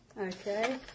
Okay